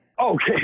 Okay